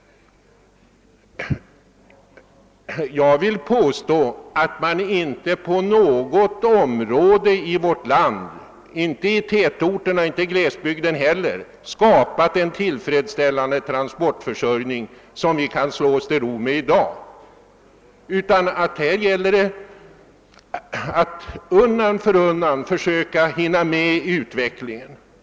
; Jag vill påstå att man inte på något område i vårt land, inte i tätorterna och inte heller i glesbygderna, skapat en tillfredsställande trafikförsörjning som vi kan slå oss till ro med. i dag, utan att det här gäller att: undan för undan försöka hinna med utvecklingen.